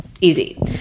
easy